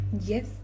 yes